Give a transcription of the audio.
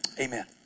Amen